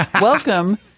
Welcome